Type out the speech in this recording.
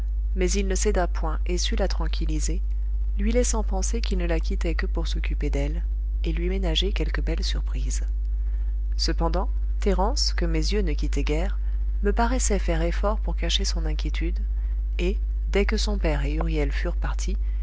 mais il ne céda point et sut la tranquilliser lui laissant penser qu'il ne la quittait que pour s'occuper d'elle et lui ménager quelque belle surprise cependant thérence que mes yeux ne quittaient guère me paraissait faire effort pour cacher son inquiétude et dès que son père et huriel furent partis